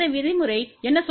இந்த விதிமுறை என்ன சொல்கிறது